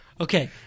Okay